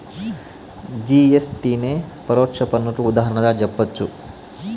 GST నే పరోక్ష పన్నుకు ఉదాహరణగా జెప్పచ్చు